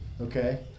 okay